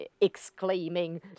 exclaiming